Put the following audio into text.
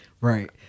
right